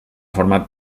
format